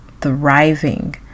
thriving